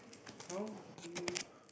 how do you